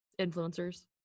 influencers